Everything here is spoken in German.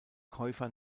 käufer